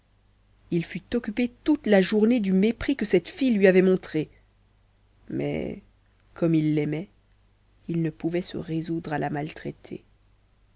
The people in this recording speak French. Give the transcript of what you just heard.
il fut occupé toute la journée du mépris que cette fille lui avait montré mais comme il l'aimait il ne pouvait se résoudre à la maltraiter